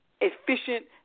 efficient